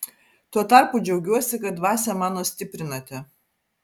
tuo tarpu džiaugiuosi kad dvasią mano stiprinate